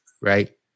right